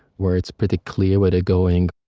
where it's pretty clear where they're going.